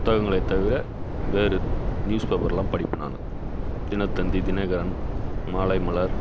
புத்தகங்ளைத் தவிர வேறு newspaper எல்லாம் படிப்பேன் நான் தினத்தந்தி தினகரன் மாலை மலர்